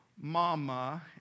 mama